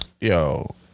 Yo